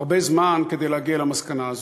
הרבה זמן, להגיע למסקנה הזאת.